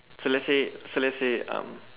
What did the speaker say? so let's say so let's say um